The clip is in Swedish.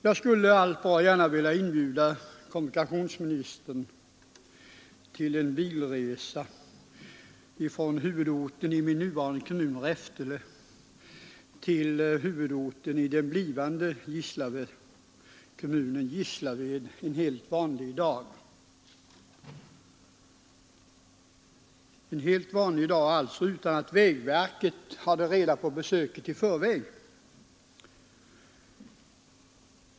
Jag skulle bra gärna vilja inbjuda kommunikationsministern till en bilresa från huvudorten i min nuvarande kommun, Reftele, till huvudorten i den blivande kommunen Gislaved en helt vanlig dag, utan att vägverket hade reda på besöket i förväg.